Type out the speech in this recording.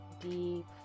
deep